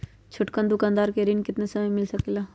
छोटकन दुकानदार के ऋण कितने समय मे मिल सकेला?